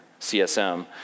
CSM